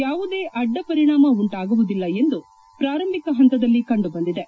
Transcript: ಯಾವುದೇ ಅಡ್ಡ ಪರಿಣಾಮ ಉಂಟಾಗುವುದಿಲ್ಲ ಎಂದು ಪ್ರಾರಂಭಿಕ ಹಂತದಲ್ಲಿ ಕಂಡು ಬಂದಿದೆ